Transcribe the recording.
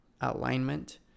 alignment